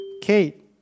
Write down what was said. Kate